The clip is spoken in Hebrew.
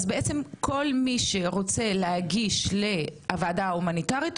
אז בעצם כל מי שרוצה להגיש לוועדה ההומניטרית,